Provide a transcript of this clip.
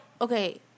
okay